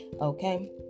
okay